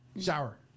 Shower